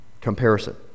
comparison